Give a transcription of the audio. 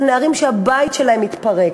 זה נערים שהבית שלהם מתפרק,